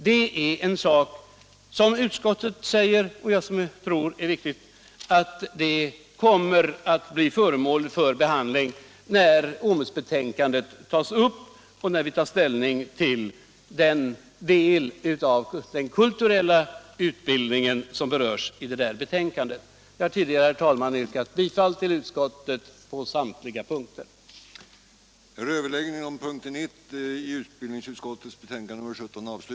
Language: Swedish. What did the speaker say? Det är något — och det säger också utskottet — som kommer att bli föremål för behandling när OMUS-betänkandet tas upp och när vi tar ställning till den kulturella utbildning som berörs i det betänkandet. Jag har, herr talman, tidigare yrkat bifall till utskottets hemställan på samtliga punkter. den det ej vill röstar nej. den det ej vill röstar nej. den det ej vill röstar nej.